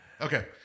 Okay